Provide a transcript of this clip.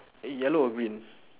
yellow or green